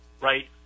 right